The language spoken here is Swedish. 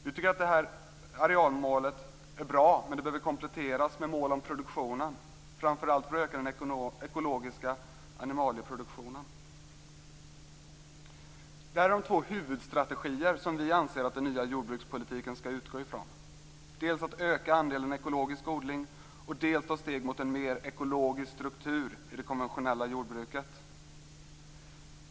Vi tycker att detta arealmål är bra, men det behöver kompletteras med mål om produktionen, framför allt för att öka den ekologiska animalieproduktionen. Detta är de två huvudstrategier som vi anser att den nya jordbrukspolitiken skall utgå från, dels att öka andelen ekologisk odling, dels att ta steg mot en mer ekologisk struktur i det konventionella jordbruket.